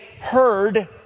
heard